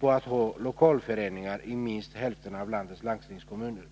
på att ha lokalföreningar i minst hälften av landets landstingskommuner.